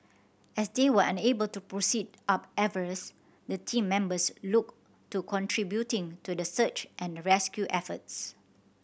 as they were unable to proceed up Everest the team members looked to contributing to the search and rescue efforts